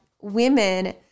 women